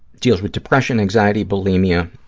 deals with depression, anxiety, bulimia,